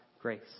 grace